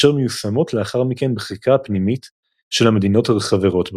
אשר מיושמות לאחר מכן בחקיקה הפנימית של המדינות החברות בו,